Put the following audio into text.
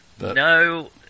No